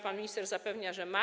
Pan minister zapewnia, że ma.